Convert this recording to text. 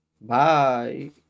Bye